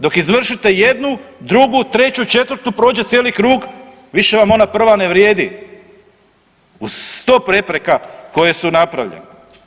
Dok izvršite jednu, drugu, treću, četvrtu prođe cijeli krug više vam ona prva na vrijedi uz 100 prepreka koje su napravljene.